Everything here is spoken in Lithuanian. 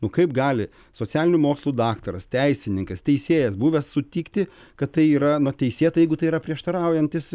nu kaip gali socialinių mokslų daktaras teisininkas teisėjas buvęs sutikti kad tai yra na teisėta jeigu tai yra prieštaraujantis